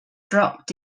drop